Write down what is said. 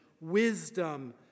wisdom